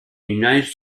united